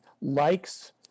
likes